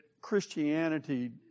Christianity